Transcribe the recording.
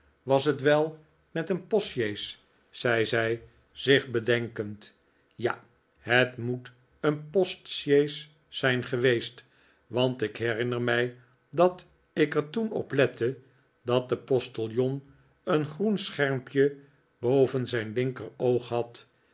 was het wel met een postsjees zei zij zich bedenkend ja het moet een postsjees zijn geweest want ik herinner mij dat ik er toen op lette dat de postiljon een groen schermpje boven zijn linkeroog had